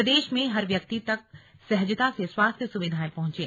प्रदेश में हर व्यक्ति तक सहजता से स्वास्थ्य सुविधाएं पहुंचे